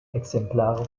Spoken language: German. exemplare